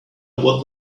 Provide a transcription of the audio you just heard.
what